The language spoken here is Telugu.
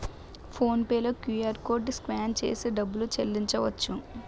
ఫోన్ పే లో క్యూఆర్కోడ్ స్కాన్ చేసి డబ్బులు చెల్లించవచ్చు